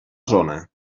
zona